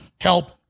help